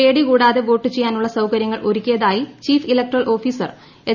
പേടി കൂടാതെ വോട്ട് ചെയ്യാനുള്ള സൌകര്യങ്ങൾ ഒരുക്കിയതായി ചീഫ് ഇലക്ടറൽ ഓഫീസർ എച്ച്